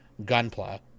Gunpla